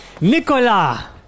Nicola